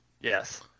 Yes